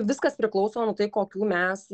viskas priklauso nuo tai kokių mes